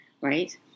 right